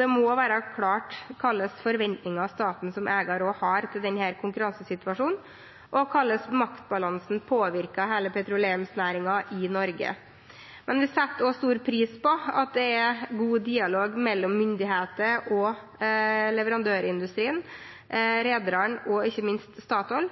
Det må være klart hva slags forventninger staten som eier har til denne konkurransesituasjonen, og hvordan maktbalansen påvirker hele petroleumsnæringen i Norge. Men vi setter også stor pris på at det er god dialog mellom myndigheter og leverandørindustrien, rederne og ikke minst Statoil,